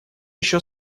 еще